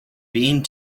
being